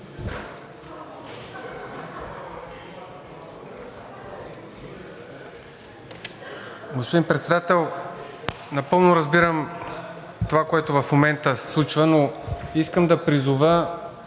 Господин Председател, напълно разбирам това, което се случва в момента, но искам да призова